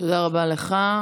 תודה רבה לך.